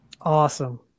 Awesome